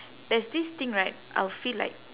there's this thing right I'll feel like